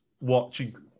watching